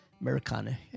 Americana